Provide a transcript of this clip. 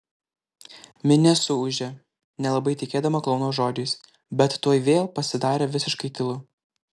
minia suūžė nelabai tikėdama klouno žodžiais bet tuoj vėl pasidarė visiškai tylu